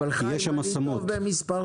חיים, אני טוב במספרים.